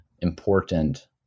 important